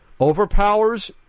overpowers